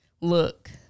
look